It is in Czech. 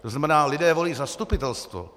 To znamená, lidé volí zastupitelstvo.